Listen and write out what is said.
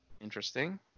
Interesting